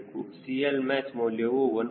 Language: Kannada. CLmax ಮೌಲ್ಯವು 1